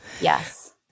Yes